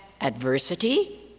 adversity